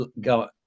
Go